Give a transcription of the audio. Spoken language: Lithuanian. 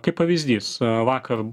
kaip pavyzdys vakar